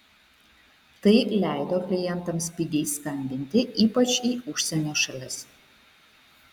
tai leido klientams pigiai skambinti ypač į užsienio šalis